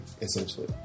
essentially